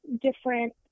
different